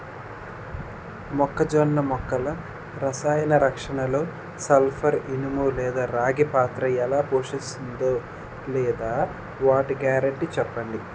మొక్కజొన్న మొక్కల రసాయన రక్షణలో సల్పర్, ఇనుము లేదా రాగి పాత్ర ఎలా పోషిస్తుందో లేదా వాటి గ్యారంటీ చెప్పండి